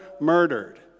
murdered